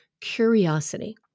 curiosity